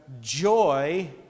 joy